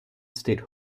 state